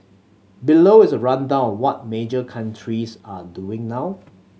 below is a rundown what major countries are doing now